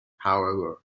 however